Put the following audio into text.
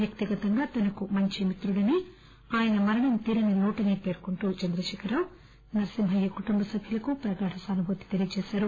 వ్యక్తిగతంగా తనకు మంచి మిత్రుడని ఆయన మరణం తీరని లోటని పేర్కొంటూ నర్సింహాయ్య కుటుంబ సభ్యులకు ప్రగాఢ ఆనుభూతిని తెలిపారు